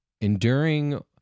enduring